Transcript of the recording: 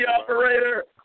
operator